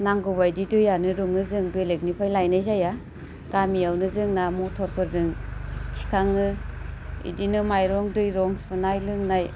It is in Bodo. नांगौ बायदि दैयानो दङो जों बेलेगनिफ्राय लायनाय जाया गामियावनो जोंना मथरफोरजों थिखाङो इदिनो माइरं दैरं सुनाय लोंनाय